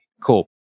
Cool